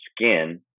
skin